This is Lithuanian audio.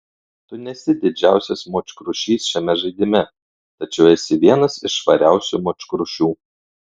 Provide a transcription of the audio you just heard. tu nesi didžiausias močkrušys šiame žaidime tačiau esi vienas iš švariausių močkrušių